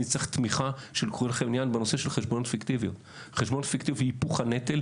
אני אצטרך מכולכם תמיכה בנושא של חשבונות פיקטיביים והיפוך הנטל,